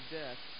death